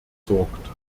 sorgt